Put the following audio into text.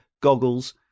goggles